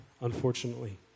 unfortunately